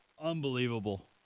Unbelievable